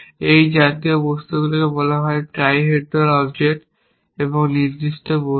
এই জাতীয় বস্তুকে বলা হয় ট্রাইহেড্রাল অবজেক্ট এবং নির্দিষ্ট বস্তু